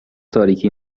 تاریکی